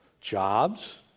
Jobs